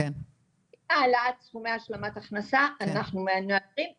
העלאת סכומי השלמת הכנסה, אנחנו מאתרים.